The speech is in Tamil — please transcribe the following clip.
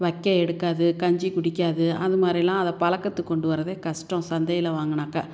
வைக்க எடுக்காது கஞ்சி குடிக்காது அந்த மாதிரிலாம் அதை பழக்கத்து கொண்டு வர்றதே கஷ்டம் சந்தையில் வாங்குனாக்கால்